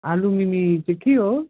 आलु मिमी चाहिँ के हो